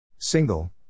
Single